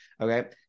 okay